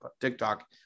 TikTok